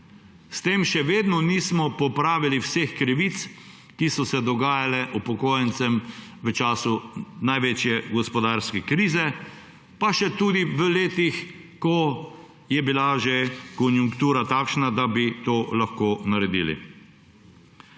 S tem še vedno nismo popravili vseh krivic, ki so se dogajale upokojencem v času največje gospodarske krize, pa tudi še v letih, ko je bila že konjunktura takšna, da bi to lahko naredili.